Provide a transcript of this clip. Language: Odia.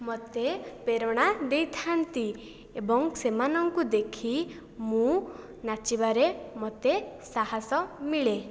ମୋତେ ପ୍ରେରଣା ଦେଇଥାନ୍ତି ଏବଂ ସେମାନଙ୍କୁ ଦେଖି ମୁଁ ନାଚିବାରେ ମୋତେ ସାହସ ମିଳେ